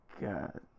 God